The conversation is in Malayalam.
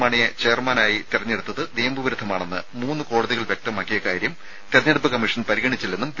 മാണിയെ ചെയർമാനായി തെരഞ്ഞെടുത്തത് നിയമ വിരുദ്ധമാണെന്ന് മൂന്ന് കോടതികൾ വ്യക്തമാക്കിയത് തെരഞ്ഞെടുപ്പ് കമ്മീഷൻ പരിഗണിച്ചില്ലെന്നും പി